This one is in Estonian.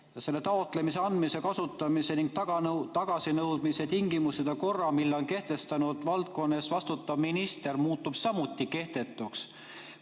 taotlemise, andmise, kasutamise ning tagasinõudmise tingimused ja korra kehtestab valdkonna eest vastutav minister, muutub samuti kehtetuks.